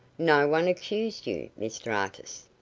no one accused you, mr artis.